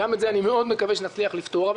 אני מאוד מקווה שנצליח לפתור את זה,